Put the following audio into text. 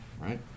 right